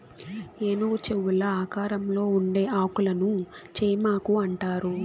ఏనుగు చెవుల ఆకారంలో ఉండే ఆకులను చేమాకు అంటారు